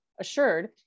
assured